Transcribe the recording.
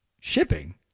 Shipping